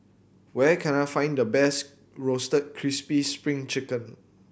where can I find the best Roasted Crispy Spring Chicken